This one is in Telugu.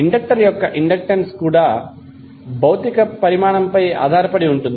ఇండక్టర్ యొక్క ఇండక్టెన్స్ కూడా భౌతిక పరిమాణంపై ఆధారపడి ఉంటుంది